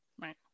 Right